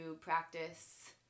practice